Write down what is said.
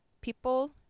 people